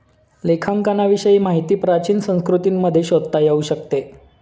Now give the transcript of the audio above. लेखांकनाविषयी माहिती प्राचीन संस्कृतींमध्ये शोधता येऊ शकते